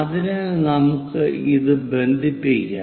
അതിനാൽ നമുക്ക് ഇത് ബന്ധിപ്പിക്കാം